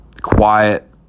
quiet